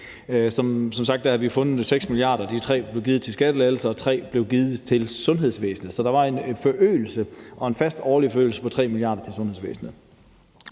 Som sagt havde vi fundet 6 mia. kr., hvor 3 mia. kr. blev brugt på skattelettelser, og 3. mia. kr. blev givet til sundhedsvæsenet. Så der var en forøgelse og en fast årlig forøgelse på 3. mia. kr. til sundhedsvæsenet.